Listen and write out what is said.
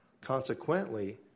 Consequently